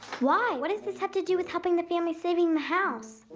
why? what does this have to do with helping the family save i mean the house?